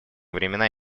времена